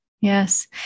Yes